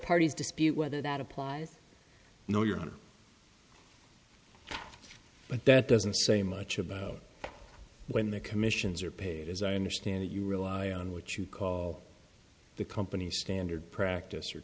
dispute whether that applies no your honor but that doesn't say much about when the commissions are paid as i understand it you rely on what you call the company's standard practice or